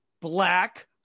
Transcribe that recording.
black